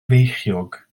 feichiog